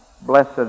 Blessed